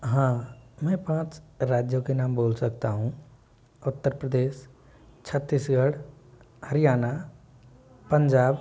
हाँ मैं पाँच राज्यों के नाम बोल सकता हूँ उत्तर प्रदेश छत्तीसगढ़ हरियाणा पंजाब